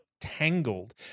Tangled